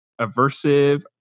aversive